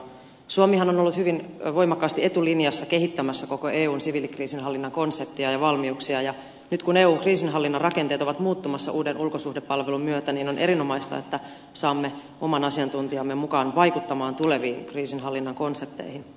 suomihan on ollut hyvin voimakkaasti etulinjassa kehittämässä koko eun siviilikriisinhallinnan konseptia ja valmiuksia ja nyt kun eun kriisinhallinnan rakenteet ovat muuttumassa uuden ulkosuhdepalvelun myötä on erinomaista että saamme oman asiantuntijamme mukaan vaikuttamaan tuleviin kriisinhallinnan konsepteihin